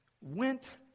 went